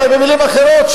אולי במלים אחרות,